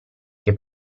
che